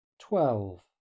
twelve